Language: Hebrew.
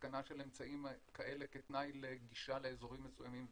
התקנה של אמצעים כאלה כתנאי לגישה לאזורים מסוימים,